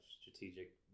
strategic